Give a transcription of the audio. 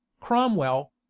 Cromwell